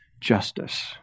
justice